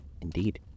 Indeed